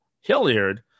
Hilliard